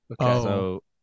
Okay